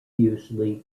usually